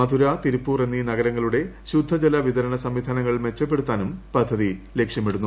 മധുര തിരുപ്പൂർ എന്നീ ന്ഗരങ്ങളുടെ ശുദ്ധജല വിതരണ സംവിധാനങ്ങൾ മെച്ചപ്പെടുത്തൂനുകൃപദ്ധതി ലക്ഷ്യമിടുന്നു